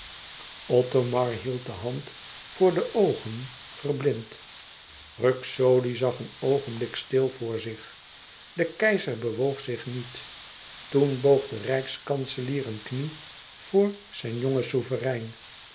othomar hield de hand voor de oogen verblind ruxodi zag een oogenblik stil voor zich de keizer bewoog zich niet toen boog de rijkskanselier een knie voor zijn jongen